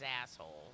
asshole